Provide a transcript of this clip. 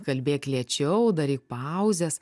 kalbėk lėčiau daryk pauzes